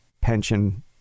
pension